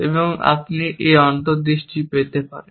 এবং আপনি এখানে কিছু অন্তর্দৃষ্টি পেতে পারেন